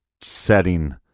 setting